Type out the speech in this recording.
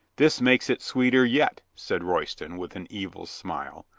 this makes it sweeter yet, said royston, with an evil smile.